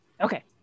Okay